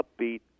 upbeat